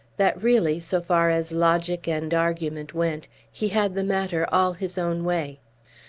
that, really, so far as logic and argument went, he had the matter all his own way.